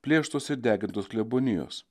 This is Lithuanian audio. plėštos ir degintos klebonijos